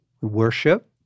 worship